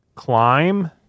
Climb